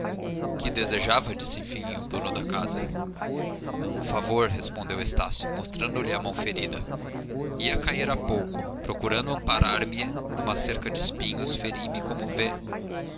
que desejava disse enfim o dono da casa um favor respondeu estácio mostrando-lhe a mão ferida ia a cair há pouco procurando amparar me numa cerca de espinhos feri me como